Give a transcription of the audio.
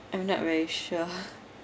I'm not very sure